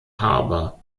harbour